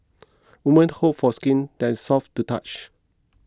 women hope for skin that is soft to touch